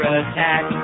attack